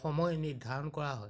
সময় নিৰ্ধাৰণ কৰা হয়